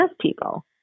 people